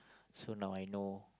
so now I know